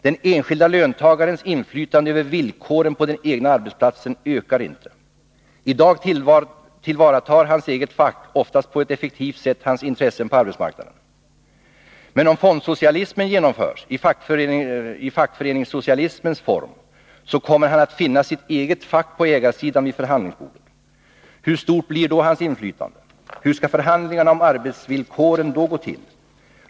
Den enskilde löntagarens inflytande över villkoren på den egna arbetsplatsen ökar inte. I dag tillvaratar hans eget fack — oftast på ett effektivt sätt — hans intressen på arbetsplatsen. Men om ”fondsocialismen” genomförs i fackföreningssocialismens form, så kommer han att finna sitt eget fack på ägarsidan vid förhandlingsbordet. Hur stort blir då hans inflytande? Hur skall förhandlingarna om arbetsvillkoren då gå till?